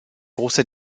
großer